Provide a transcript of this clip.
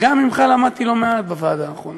וגם ממך למדתי לא מעט בוועדה האחרונה,